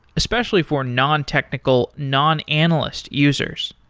especially for non-technical, non-analyst users.